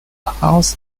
house